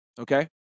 okay